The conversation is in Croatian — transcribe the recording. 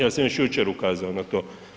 Ja sam još jučer ukazao na to.